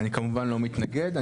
אני, כמובן, לא מתנגד.